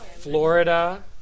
florida